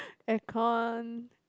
aircon